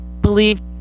believe